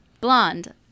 Blonde